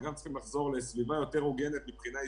גם צריכים לחזור לסביבה יותר הוגנת מבחינה עסקית.